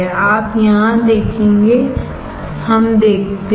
आप यहां देखेंगे हम देखते हैं